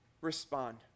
respond